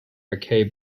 mckay